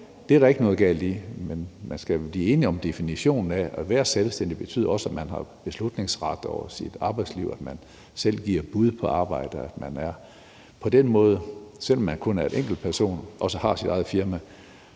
det er der ikke noget galt i – men man skal blive enige om en definition af det at være selvstændig, der også betyder, at man har beslutningsret over sit arbejdsliv, og at man selv giver et bud på arbejdet, og at man på den måde, selv om man kun er en enkelt person, også har sit eget firma.